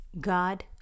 God